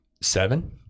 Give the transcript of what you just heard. seven